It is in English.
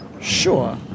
Sure